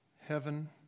heaven